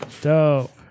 dope